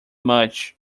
much